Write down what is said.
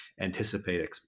anticipate